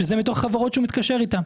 שזה מתוך חברות שהוא מתקשר איתן.